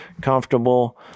comfortable